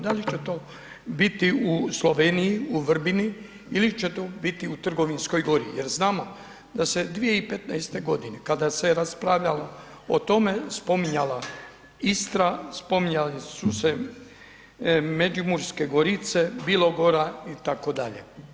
Da li će to biti u Sloveniji, u Vrbini ili će to biti u Trgovinskoj Gori jer znamo da se 2015. g. kada se raspravljalo o tome, spominjala Istra, spominjale su se Međimurske gorice, Bilogora itd.